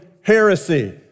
heresy